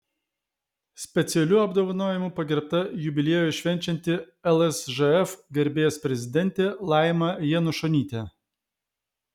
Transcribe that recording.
specialiu apdovanojimu pagerbta jubiliejų švenčianti lsžf garbės prezidentė laima janušonytė